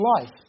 life